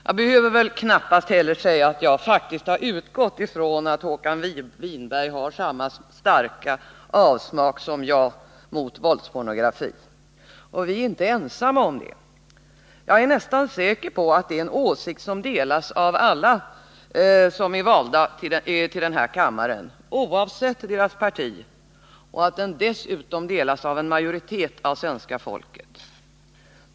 Jag behöver väl knappast säga att jag verkligen utgått ifrån att Håkan Winberg har samma starka avsmak som jag mot våldspornografi. Och vi är inte ensamma om det. Jag är nästan säker på att det är en åsikt som delas av alla som är valda till denna kammare, oavsett parti, och att den dessutom delas av en majoritet av svenska folket.